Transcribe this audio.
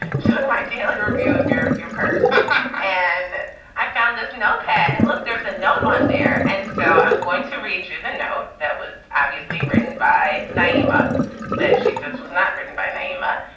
doing my daily review of your your purse and i found this notepad. and look, there's a note on there. and so i'm going to read you the note. it was obviously written by nyima that she says was not written by naimah,